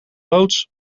loods